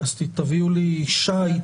נגיף הקורונה החדש (הוראת שעה) (תו ירוק לעובדים) (תיקון מס' 3),